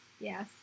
Yes